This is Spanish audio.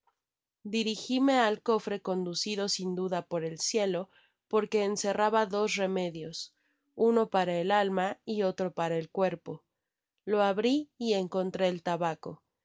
dirigime al cofre con ducido sin duda por el cielo porque encerraba dos remedios uno para el alma y olro para el cuerpo lo abri y encontré el tabaco